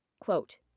Quote